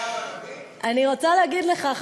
אני רוצה להגיד לך,